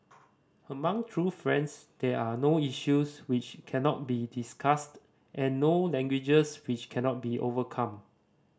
among true friends there are no issues which cannot be discussed and no languages which cannot be overcome